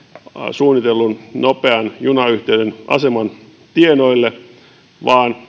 suunnitellun nopean junayhteyden aseman tienoille vaan